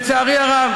לצערי הרב,